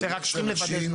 רק צריכים לוודא.